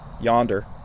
yonder